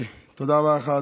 ינון אזולאי (ש"ס): תודה רבה לך,